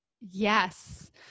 Yes